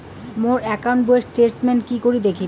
মোর account বইয়ের statement কি করি দেখিম?